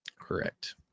correct